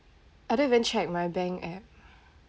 I don't even check my bank app